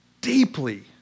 deeply